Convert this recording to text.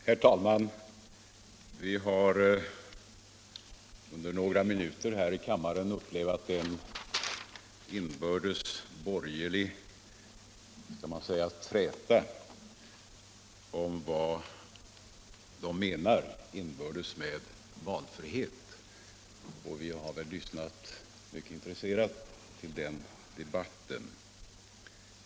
Herr talman! Vi har här i kammaren under några minuter upplevt en borgerlig inbördes träta om vad som menas med valfrihet, och vi har lyssnat mycket intresserade till den debatten.